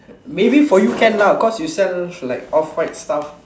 maybe for you can lah because you sell like off white stuff